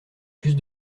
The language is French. plus